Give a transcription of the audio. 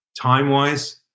time-wise